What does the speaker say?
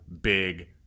big